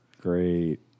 Great